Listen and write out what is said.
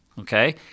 okay